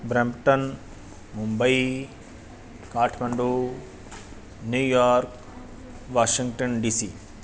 Brampton Mumbai Kathmandu New York Washington DC